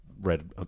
Read